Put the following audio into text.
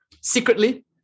secretly